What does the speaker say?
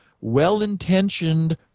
well-intentioned